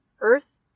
Earth